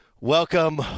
Welcome